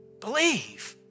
Believe